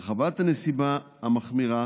הרחבת הנסיבה המחמירה